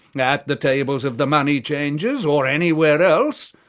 at the tables of the money-changers, or anywhere else,